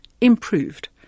improved